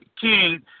King